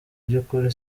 by’ukuri